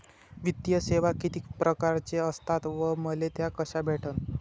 वित्तीय सेवा कितीक परकारच्या असतात व मले त्या कशा भेटन?